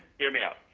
hear me out.